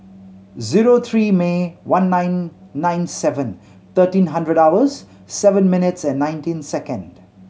zero three May one nine nine seven thirteen hundred hours seven minutes and nineteen second